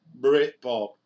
Britpop